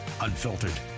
unfiltered